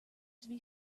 should